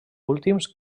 últims